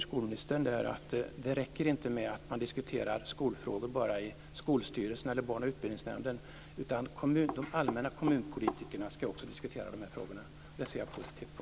Skolministern säger att det inte räcker att skolfrågor diskuteras bara i skolstyrelsen eller i barn och utbildningsnämnden, utan också de allmäninriktade kommunpolitikerna skall diskutera dessa frågor. Det ser jag positivt på.